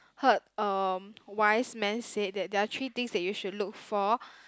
heard um wise man said that there are three things that you should look for